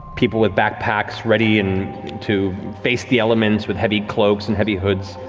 people with backpacks, ready and to face the elements, with heavy cloaks and heavy hoods,